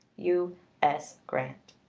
u s. grant.